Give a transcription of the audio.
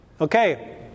Okay